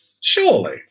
Surely